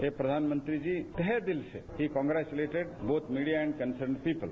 ये प्रधानमंत्री जी तहे दिल से ही congratulated both media and concerned people